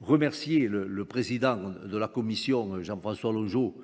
remercier le président de la Commission, Jean-François Longiot,